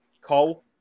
Cole